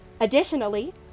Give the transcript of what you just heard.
Additionally